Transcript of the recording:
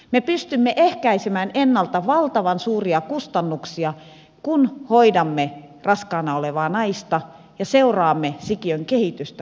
me pystymme ehkäisemään ennalta valtavan suuria kustannuksia kun hoidamme raskaana olevaa naista ja seuraamme sikiön kehitystä raskausaikana